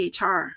HR